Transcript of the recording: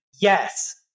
yes